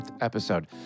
episode